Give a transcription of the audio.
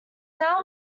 now